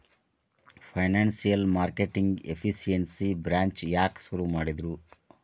Financial marketing efficiency branch ಯಾಕ್ ಶುರು ಮಾಡಿದ್ರು?